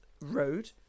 road